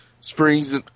springs